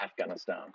Afghanistan